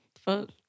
Fuck